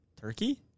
Turkey